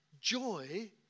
Joy